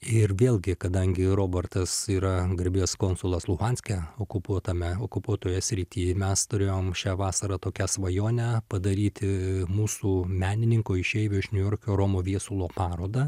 ir vėlgi kadangi robertas yra garbės konsulas luhanske okupuotame okupuotoje srity mes turėjom šią vasarą tokią svajonę padaryti mūsų menininko išeivio iš niujorko romo viesulo parodą